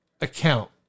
account